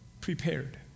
Prepared